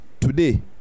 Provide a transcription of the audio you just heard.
today